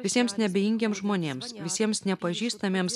visiems neabejingiems žmonėms visiems nepažįstamiems